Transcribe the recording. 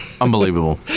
unbelievable